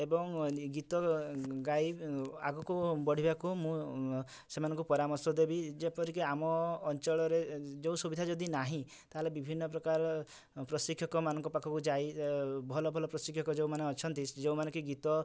ଏବଂ ଗୀତ ଗାଇ ଆଗୁକୁ ବଢ଼ିବାକୁ ମୁଁ ସେମାନଙ୍କୁ ପରାମର୍ଶ ଦେବି ଯେପରିକି ଆମ ଅଞ୍ଚଳ ରେ ଯେଉଁ ସୁବିଧା ଯଦି ନାହିଁ ତାହେଲେ ବିଭିନ୍ନ ପ୍ରକାର ପ୍ରଶିକ୍ଷକ ମାନଙ୍କ ପାଖକୁ ଯାଇ ଭଲ ଭଲ ପ୍ରଶିକ୍ଷକ ଯେଉଁ ମାନେ ଅଛନ୍ତି ଯେଉଁ ମାନେ କି ଗୀତ